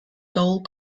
gold